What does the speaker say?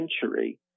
century